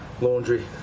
laundry